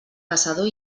caçador